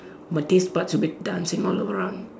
my tastebuds will be dancing all around